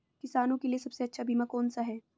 किसानों के लिए सबसे अच्छा बीमा कौन सा है?